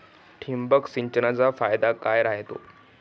ठिबक सिंचनचा फायदा काय राह्यतो?